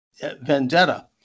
vendetta